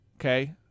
Okay